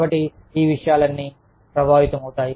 కాబట్టి ఈ విషయాలన్నీ ప్రభావితమవుతాయి